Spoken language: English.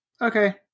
okay